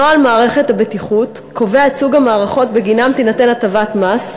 נוהל מערכות הבטיחות קובע את סוג המערכות שבגינן תינתן הטבת מס,